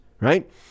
right